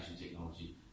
technology